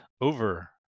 over